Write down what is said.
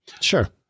Sure